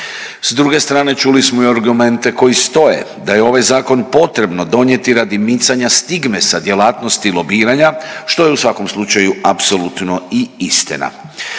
S druge strane čuli smo i argumente koji stoje, da je ovaj zakon potrebno donijeti radi micanja stigme sa djelatnosti lobiranja što je u svakom slučaju apsolutno i istina.